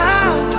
out